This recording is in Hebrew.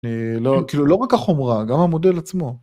לא רק החומרה גם המודל עצמו.